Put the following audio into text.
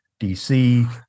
DC